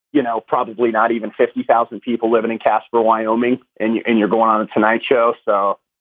you know, probably not even fifty thousand people living in casper, wyoming. and you and you're going on the tonight show. so,